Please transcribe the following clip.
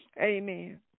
Amen